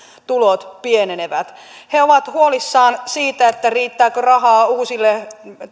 tulot pienenevät he ovat huolissaan siitä riittääkö rahaa uusille